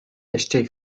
achetés